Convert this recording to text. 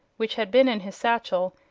which had been in his satchel,